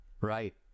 right